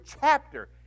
chapter